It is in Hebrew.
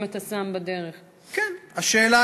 השאלה